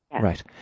Right